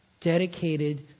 dedicated